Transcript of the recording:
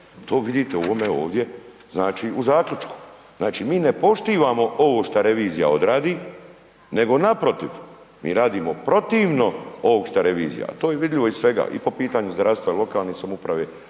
to vidite u ovome ovdje znači u zaključku. Znači mi ne poštujemo ovo što revizija odradi nego naprotiv mi radimo protivno ovog što revizija. Ali to je vidljivo iz svega i po pitanju zdravstva, lokalne samouprave